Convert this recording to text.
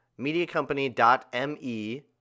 mediacompany.me